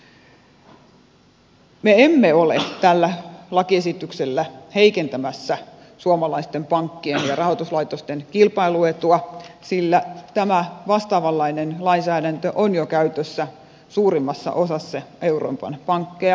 me emme ole tällä lakiesityksellä heikentämässä suomalaisten pankkien ja rahoituslaitosten kilpailuetua sillä tämä vastaavanlainen lainsäädäntö on jo käytössä suurimmassa osassa euroopan pankkeja